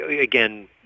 Again